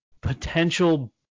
potential